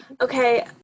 Okay